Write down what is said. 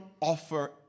offer